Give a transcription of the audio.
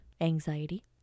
anxiety